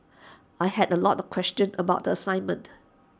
I had A lot of questions about the assignment